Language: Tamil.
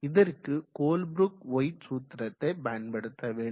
இதற்கு கோல்ப்ரூக் ஒயிட் சூத்திரத்தை பயன்படுத்த வேண்டும்